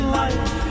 life